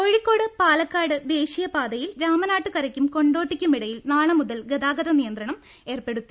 കോഴിക്കോട് പാലക്കാട് ദേശീയപാതയിൽ രാമനാട്ടുകര യക്കും കൊണ്ടോട്ടിയ്ക്കും ഇടയിൽ നാളെ മുതൽ ഗതാഗത നിയ ന്ത്രണം ഏർപ്പെടുത്തി